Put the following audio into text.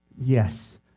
Yes